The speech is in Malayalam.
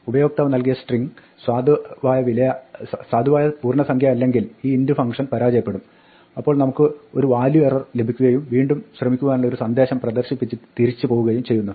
ഉപയോക്താവ് നൽകിയ സ്ട്രിങ്ങ് സാധുവായ പൂർണ്ണസംഖ്യയല്ലെങ്കിൽ ഈ int ഫംഗ്ഷൻ പരാജയപ്പെടും അപ്പോൾ നമുക്ക് ഒരു വാല്യു എറർ ലഭിക്കുകയും വീണ്ടും ശ്രമിക്കുനുള്ള ഒരു സന്ദേശം പ്രദർശിപ്പിച്ച് തിരിച്ചു പോകുകയും ചെയ്യുന്നു